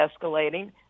escalating